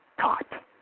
taught